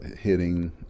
hitting